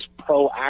proactive